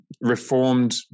reformed